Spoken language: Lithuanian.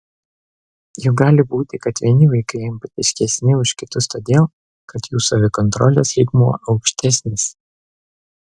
juk gali būti kad vieni vaikai empatiškesni už kitus todėl kad jų savikontrolės lygmuo aukštesnis